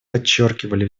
подчеркивали